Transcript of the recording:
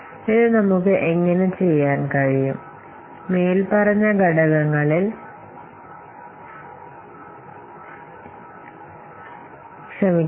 അപ്പോൾ വിവരങ്ങൾ നമ്മുക്ക് എങ്ങനെ ചെയ്യാൻ കഴിയും നമുക്ക് അവ എങ്ങനെ സന്തുലിതമാക്കാം